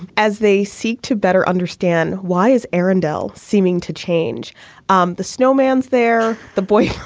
as they seek to better understand, why is aaron arendelle seeming to change um the snowman's there? the boy